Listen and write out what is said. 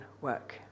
work